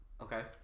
Okay